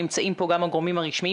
גם הגורמים הרשמיים,